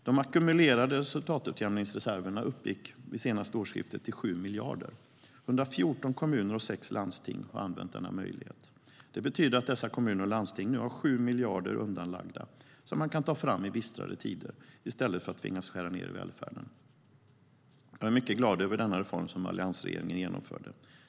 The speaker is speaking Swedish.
De ackumulerade resultatutjämningsreserverna uppgick vid senaste årsskiftet till 7 miljarder. 114 kommuner och sex landsting har använt den möjligheten. Det betyder att dessa kommuner och landsting nu har 7 miljarder undanlagda, som de kan ta fram i bistrare tider, i stället för att tvingas skära ned i välfärden. Jag är mycket glad över denna reform, som alliansregeringen genomförde.